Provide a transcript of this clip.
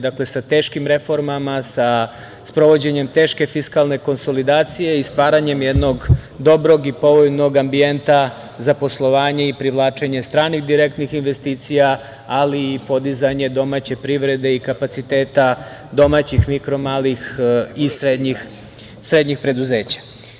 Dakle, sa teškim reformama, sa sprovođenjem teške fiskalne konsolidacije i stvaranjem jednog dobrog i povoljnog ambijenta za poslovanje i privlačenje stranih direktnih investicija, ali i podizanje domaće privrede i kapaciteta domaćih, mikro, malih i srednjih preduzeća.